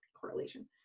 correlation